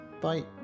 Bye